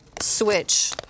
switch